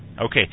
Okay